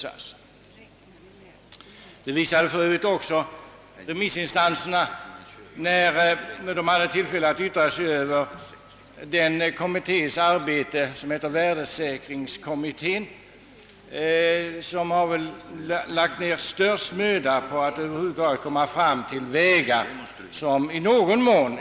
Samma sak visade för övrigt remissinstanserna när de hade tillfälle att yttra sig över värdesäkringskommitténs arbete — den kommitté som väl nedlagt den största mödan på att finna vägar ur dessa svärigheter.